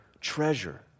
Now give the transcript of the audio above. treasure